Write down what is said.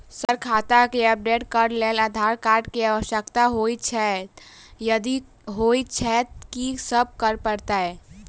Sir खाता केँ update करऽ लेल आधार कार्ड केँ आवश्यकता होइ छैय यदि होइ छैथ की सब करैपरतैय?